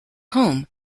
home